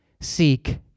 seek